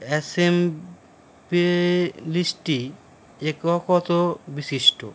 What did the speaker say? অ্যাসেম্বলিটি এককত বিশিষ্ট